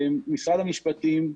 משרד המשפטים,